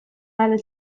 ahal